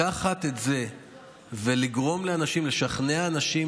לקחת את זה ולגרום לאנשים, לשכנע אנשים